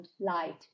light